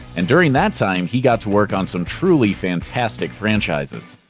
and during that time, he got to work on some truly fantastic franchises.